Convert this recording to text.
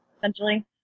essentially